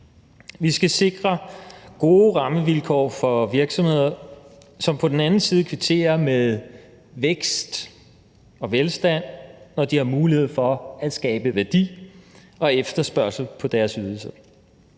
Vi skal sikre gode rammevilkår for virksomheder, som så kvitterer med vækst og velstand, når de har mulighed for at skabe værdi og efterspørgsel på deres ydelser.